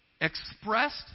expressed